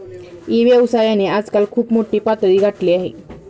E व्यवसायाने आजकाल खूप मोठी पातळी गाठली आहे